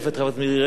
לרשותך דקה.